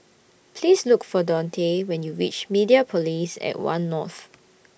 Please Look For Donte when YOU REACH Mediapolis At one North